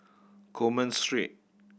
Coleman Street